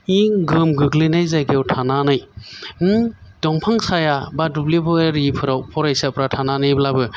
गोहोम गोग्लैनाय जायगायाव थानानै दंफां साया बा दुब्लि बारिफ्राव फरायसाफ्रा थानानैब्लाबो